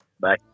Bye